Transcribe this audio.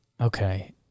Okay